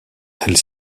elle